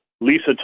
Lisa